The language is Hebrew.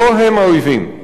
לא הם האויבים.